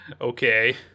Okay